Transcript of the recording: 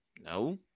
No